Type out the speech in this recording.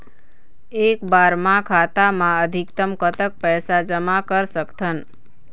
एक बार मा खाता मा अधिकतम कतक पैसा जमा कर सकथन?